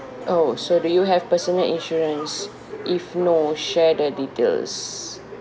oh so do you have personal insurance if no share the details